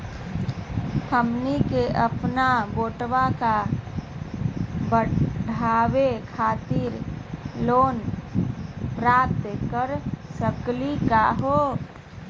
हमनी के अपन बेटवा क पढावे खातिर लोन प्राप्त कर सकली का हो?